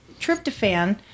tryptophan